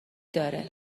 داره